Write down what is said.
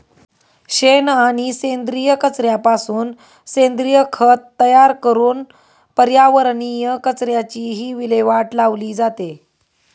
शेण आणि सेंद्रिय कचऱ्यापासून सेंद्रिय खत तयार करून पर्यावरणीय कचऱ्याचीही विल्हेवाट लावली जाते